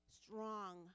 strong